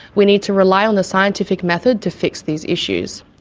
we need to rely on the scientific method to fix these issues.